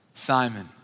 Simon